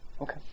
Okay